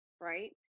right